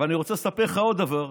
ואני רוצה לספר לך עוד דבר: